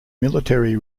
military